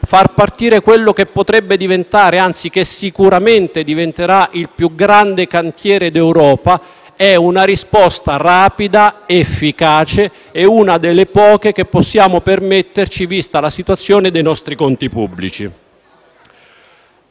far partire quello che potrebbe diventare, anzi che sicuramente diventerà il più grande cantiere d'Europa è una risposta rapida, efficace e una delle poche che possiamo permetterci, vista la situazione dei nostri conti pubblici.